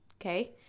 Okay